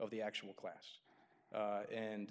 of the actual class and